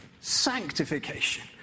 sanctification